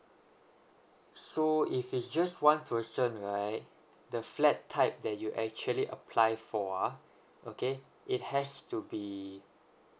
so if it's just one person right the flat type that you actually apply for okay it has to be